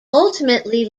ultimately